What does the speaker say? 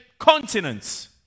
continents